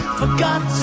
forgot